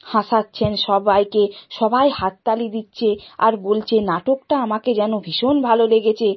হাসাচ্ছেন সবাইকে সবাই হাততালি দিচ্ছে আর বলছে নাটকটা আমাকে যেন ভীষণ ভালো লেগেছে